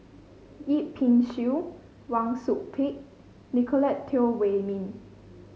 Yip Pin Xiu Wang Sui Pick Nicolette Teo Wei Min